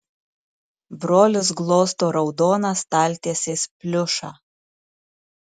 brolis glosto raudoną staltiesės pliušą